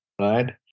right